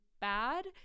bad